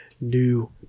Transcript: New